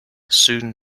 soon